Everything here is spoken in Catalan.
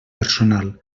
personal